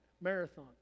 marathon